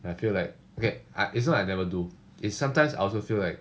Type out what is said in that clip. I feel like eh ah it's not that I never do it's sometimes I also feel like